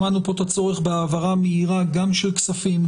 שמענו פה על הצורך בהעברה מהירה גם של כספים,